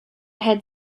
had